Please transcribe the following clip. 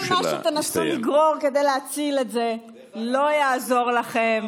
כל מה שתנסו לגרור כדי להציל את זה לא יעזור לכם.